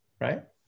right